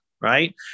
right